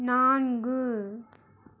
நான்கு